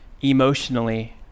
emotionally